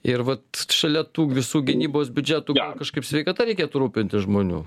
ir vat šalia tų visų gynybos biudžetų gal kažkaip sveikata reikėtų rūpintis žmonių